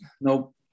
Nope